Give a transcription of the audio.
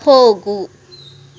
ಹೋಗು